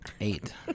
Eight